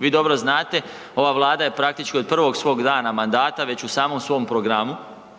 Vi dobro znate, ova Vlada je praktički od prvog svog dana mandata već u samom svom programu